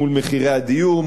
מול מחירי הדיור,